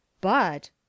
But